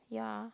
yeah